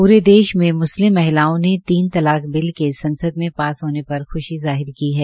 पूरे देश में मुस्लिम महिलाओं ने तीन तलाक बिल के संसद में पास होने पर ख्शी जाहिर की है